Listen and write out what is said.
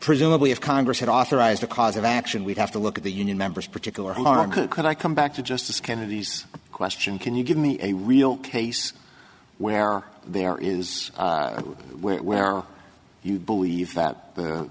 presumably if congress had authorized the cause of action we'd have to look at the union members particular market could i come back to justice kennedy's question can you give me a real case where there is a when are you believe that the